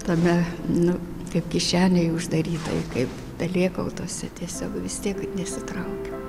tame nu kaip kišenėj uždarytoj kaip pelėkautuose tiesiog vis tiek nesitraukiau